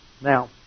Now